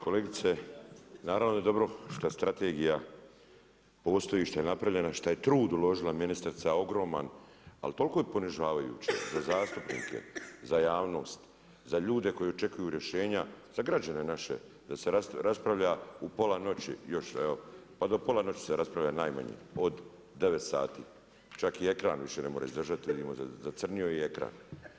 Kolegice, naravno da je dobro šta strategija postoji, šta je napravljena, šta je trud uložila ministrica ogroman, ali toliko je ponižavajuće za zastupnike, za javnost, za ljude koji očekuju rješenja, za građane naše da se raspravlja u pola noći, pa do pola noći se raspravlja najmanje od devet sati, čak ni ekran više ne može izdržati zacrnio je i ekran.